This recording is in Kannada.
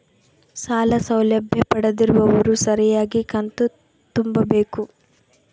ಸಾಲ ಸೌಲಭ್ಯ ಪಡೆದಿರುವವರು ಸರಿಯಾಗಿ ಕಂತು ತುಂಬಬೇಕು?